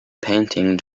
painting